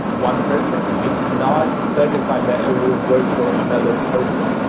one person, it's not certified that it will work for another person.